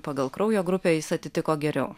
pagal kraujo grupę jis atitiko geriau